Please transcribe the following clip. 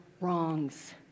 wrongs